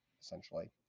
essentially